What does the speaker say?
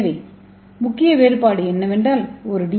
எனவே முக்கிய வேறுபாடு என்னவென்றால் ஒரு டி